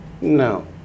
No